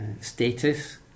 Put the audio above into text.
status